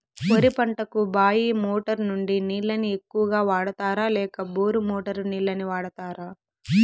వరి పంటకు బాయి మోటారు నుండి నీళ్ళని ఎక్కువగా వాడుతారా లేక బోరు మోటారు నీళ్ళని వాడుతారా?